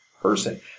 person